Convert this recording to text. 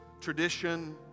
tradition